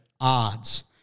odds